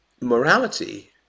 morality